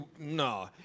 no